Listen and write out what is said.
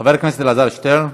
חבר הכנסת אלעזר שטרן.